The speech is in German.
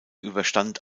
überstand